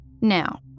Now